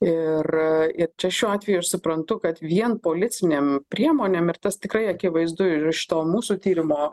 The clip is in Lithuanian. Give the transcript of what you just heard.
ir ir čia šiuo atveju aš suprantu kad vien policinėm priemonėm ir tas tikrai akivaizdu ir iš to mūsų tyrimo